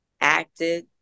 acted